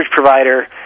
provider